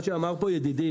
אמר פה ידידי